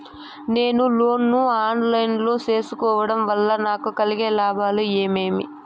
నేను లోను ను online లో సేసుకోవడం వల్ల నాకు కలిగే లాభాలు ఏమేమీ?